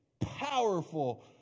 powerful